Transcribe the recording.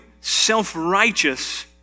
self-righteous